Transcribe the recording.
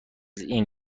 این